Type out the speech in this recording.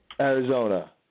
Arizona